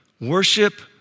Worship